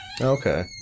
Okay